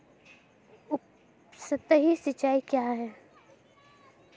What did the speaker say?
उपसतही सिंचाई क्या है?